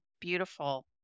beautiful